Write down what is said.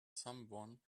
someone